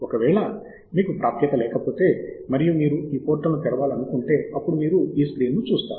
ఒకవేళ మీకు ప్రాప్యత లేకపోతే మరియు మీరు ఈ పోర్టల్ను తెరవాలనుకుంటే అప్పుడు మీరు ఈ స్క్రీన్ ను చూస్తారు